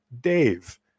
Dave